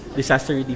disaster